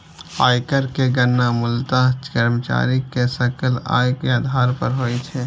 आयकर के गणना मूलतः कर्मचारी के सकल आय के आधार पर होइ छै